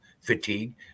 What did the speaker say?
fatigue